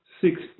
six